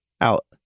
out